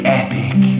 epic